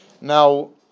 Now